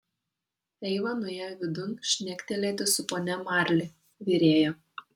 eiva nuėjo vidun šnektelėti su ponia marli virėja